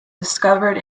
discovered